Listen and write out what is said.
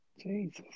Jesus